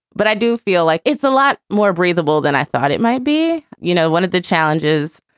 but i do feel like it's a lot more breathable than i thought it might be you know, one of the challenges,